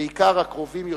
בעיקר הקרובים יותר,